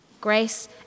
grace